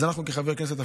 אז אנחנו כחברי כנסת,